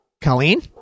Colleen